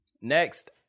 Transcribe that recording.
Next